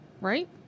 right